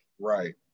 Right